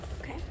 Okay